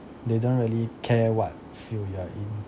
they don't really care what field you are in